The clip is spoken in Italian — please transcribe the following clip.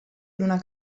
luna